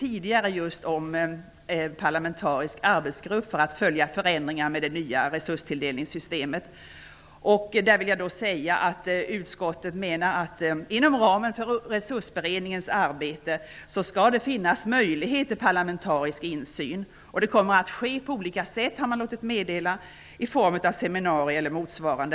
Frågan om en parlamentarisk arbetsgrupp för att följa förändringar med det nya resurstilldelningssystemet har varit uppe tidigare. Utskottet menar att det inom ramen för Resursberedningens arbete skall finnas möjlighet till parlamentarisk insyn. Man har låtit meddela att det kommer att ske på olika sätt, i form av seminarier eller motsvarande.